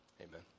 Amen